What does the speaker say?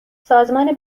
سازمان